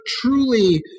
truly